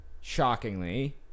Shockingly